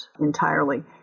entirely